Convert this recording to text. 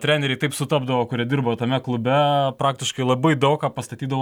treneriai taip sutapdavo kurie dirbo tame klube praktiškai labai daug ką pastatydavo